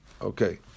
Okay